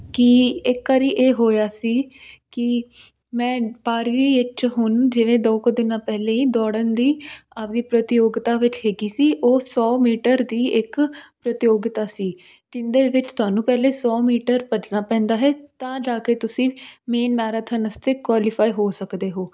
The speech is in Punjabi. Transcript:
ਕਿ ਇੱਕ ਵਾਰੀ ਇਹ ਹੋਇਆ ਸੀ ਕਿ ਮੈਂ ਬਾਰ੍ਹਵੀਂ ਵਿੱਚ ਹੁਣ ਜਿਵੇਂ ਦੋ ਕੁ ਦਿਨਾਂ ਪਹਿਲੇ ਹੀ ਦੌੜਨ ਦੀ ਆਪਦੀ ਪ੍ਰਤਿਯੋਗਤਾ ਵਿੱਚ ਹੈਗੀ ਸੀ ਉਹ ਸੌ ਮੀਟਰ ਦੀ ਇੱਕ ਪ੍ਰਤਿਯੋਗਿਤਾ ਸੀ ਜਿਹਦੇ ਵਿੱਚ ਤੁਹਾਨੂੰ ਪਹਿਲੇ ਸੌ ਮੀਟਰ ਭੱਜਣਾ ਪੈਂਦਾ ਹੈ ਤਾਂ ਜਾ ਕੇ ਤੁਸੀਂ ਮੇਨ ਮੈਰਾਥਨਸਟਿਕ ਕੁਆਲੀਫਾਈ ਹੋ ਸਕਦੇ ਹੋ